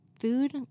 food